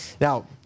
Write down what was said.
Now